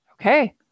Okay